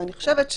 ואני חושבת,